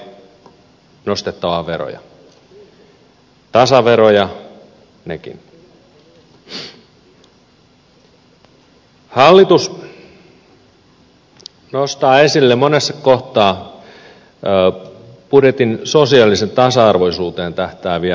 hallitus nostaa esille monessa kohtaa budjetin sosiaaliseen tasa arvoisuuteen tähtääviä toimia